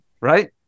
Right